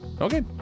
Okay